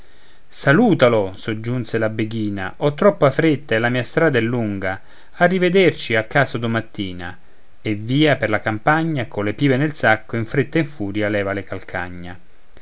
salùtalo soggiunse la beghina ho troppa fretta e la mia strada è lunga a rivederci a caso domattina e via per la campagna colle pive nel sacco in fretta e in furia leva le calcagna